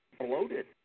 bloated